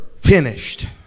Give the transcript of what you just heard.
finished